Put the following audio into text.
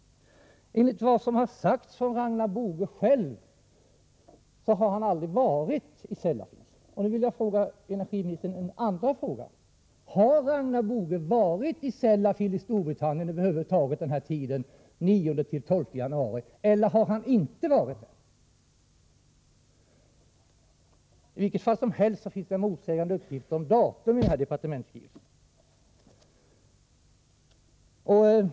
Enligt vad som sagts av Ragnar Boge själv har han aldrig varit i Sellafield. Nu vill jag ställa min andra fråga: Har Boge varit i Sellafield i Storbritannien över huvud taget under tiden den 9-12 januari eller inte? I vilket fall som helst finns det motsägande uppgifter om datum i denna departementsskrivelse.